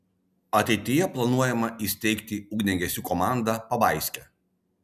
ateityje planuojama įsteigti ugniagesių komandą pabaiske